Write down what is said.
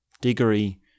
Diggory